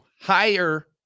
Higher